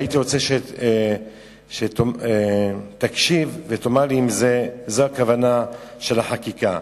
הייתי רוצה שתקשיב ותאמר לי אם זו הכוונה של החקיקה.